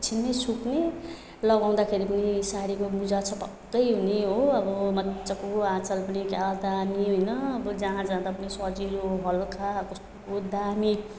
एकछिनमै सुक्ने लगाउँदाखेरि पनि साडीको मुजा छपक्कै हुने हो अब मजाको आँचल पनि क्या दामी हैन अब जहाँ जाँदा पनि सजिलो हलुका कस्तो दामी